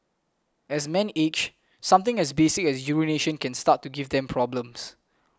as men age something as basic as urination can start to give them problems